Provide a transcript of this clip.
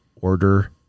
order